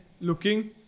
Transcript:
looking